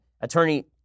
Attorney